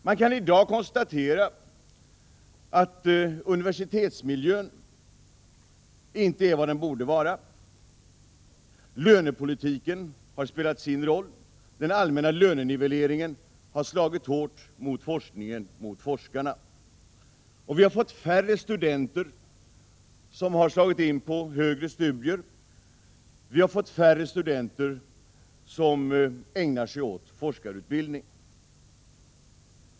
Man kan i dag konstatera att universitetsmiljön inte är vad den borde vara. Lönepolitiken har spelat sin roll. Den allmänna lönenivelleringen har slagit hårt mot forskningen och forskarna. Färre studenter har slagit in på högre studier. Vi har fått färre studenter som ägnar sig åt forskarutbildningen.